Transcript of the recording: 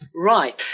Right